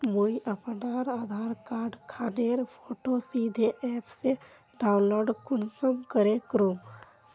मुई अपना आधार कार्ड खानेर फोटो सीधे ऐप से डाउनलोड कुंसम करे करूम?